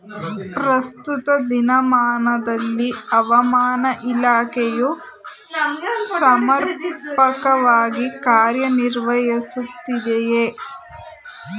ಪ್ರಸ್ತುತ ದಿನಮಾನದಲ್ಲಿ ಹವಾಮಾನ ಇಲಾಖೆಯು ಸಮರ್ಪಕವಾಗಿ ಕಾರ್ಯ ನಿರ್ವಹಿಸುತ್ತಿದೆಯೇ?